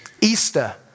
Easter